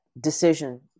decision